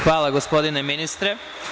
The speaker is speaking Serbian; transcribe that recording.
Hvala, gospodine ministre.